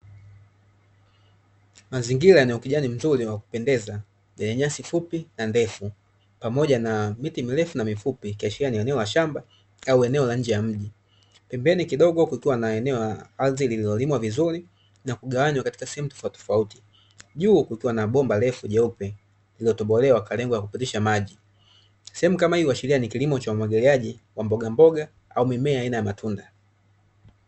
Mazingira yenye ukijani mzuri wa kupendeza, yenye nyasi fupi na ndefu pamoja na miti mirefu na mifupi, ikiashiria ni eneo la shamba au eneo la njee ya mji. Pembeni kidogo kukiwa na eneo la ardhi lililolimwa vizuri na kugawanywa katika sehemu tofautitofauti. Juu kukiwa na bomba refu jeupe lililotobolewa kwa lengo la kupitisha maji. Sehemu kama hii huashiria ni kilimo cha umwagiliaji wa mbogamboga au mimea aina ya matunda.